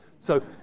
so,